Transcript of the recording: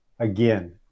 Again